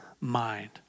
mind